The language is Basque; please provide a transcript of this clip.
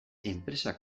enpresak